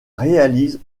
réalise